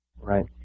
Right